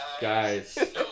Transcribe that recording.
guys